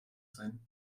sein